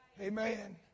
Amen